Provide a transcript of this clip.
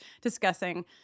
discussing